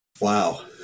Wow